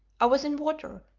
i was in water,